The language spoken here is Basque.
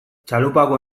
txalupako